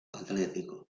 atletico